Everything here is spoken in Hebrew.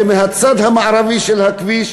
ומהצד המערבי של הכביש,